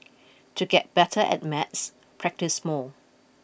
to get better at maths practise more